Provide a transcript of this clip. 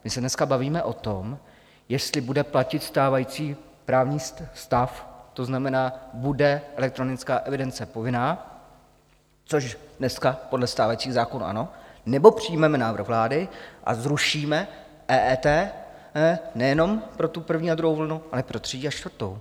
My se dneska bavíme o tom, jestli bude platit stávající právní stav, to znamená, bude elektronická evidence povinná, což dneska podle stávajícího zákona ano, nebo přijmeme návrh vlády a zrušíme EET nejenom pro tu první a druhou vlnu, ale pro třetí a čtvrtou.